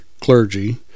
clergy